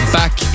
back